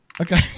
Okay